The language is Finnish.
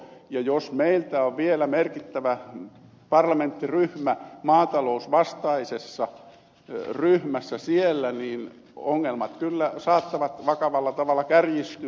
jos meiltä on vielä merkittävä parlamenttiryhmä maatalousvastaisessa ryhmässä siellä ongelmat kyllä saattavat vakavalla tavalla kärjistyä